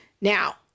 Now